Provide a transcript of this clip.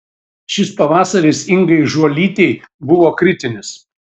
šis pavasaris ingai žuolytei buvo kritinis